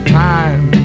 time